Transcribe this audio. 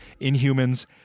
Inhumans